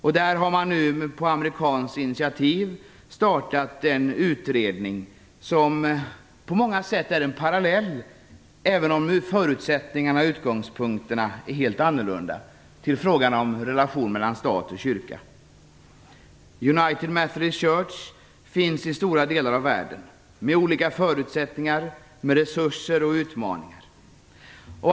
Man har nu på amerikanskt initiativ startat en utredning som, även om förutsättningarna och utgångspunkterna är helt annorlunda, på många sätt är en parallell till frågan om relationen mellan stat och kyrka. United Methodist Church finns i stora delar av världen, med olika förutsättningar, resurser och utmaningar.